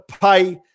pay